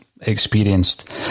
experienced